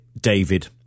David